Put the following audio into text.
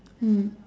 mm